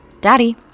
Daddy